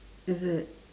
is it